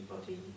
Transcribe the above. body